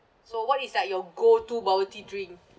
so what is like your go to bubble tea drink